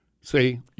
See